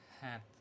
hat